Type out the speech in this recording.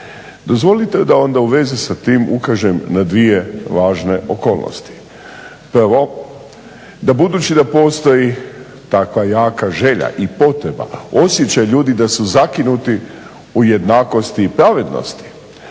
Dozvolite da onda u svezi sa tim ukažem na dvije važne okolnosti. Prvo da budući da postoji takva jaka želja i potreba, osjećaj ljudi da su zakinuti u jednakosti i pravednosti.